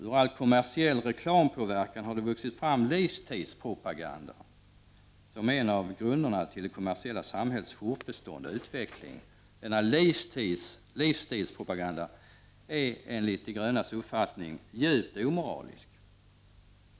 Ur all kommersiell reklampåverkan har det vuxit fram en livsstilspropaganda, som är en av grunderna till det kommersiella samhällets fortbestånd och utveckling. Denna livsstilspropaganda är enligt de grönas uppfattning djupt omoralisk.